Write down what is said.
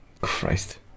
Christ